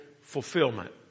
fulfillment